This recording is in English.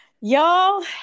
y'all